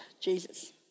Jesus